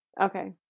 Okay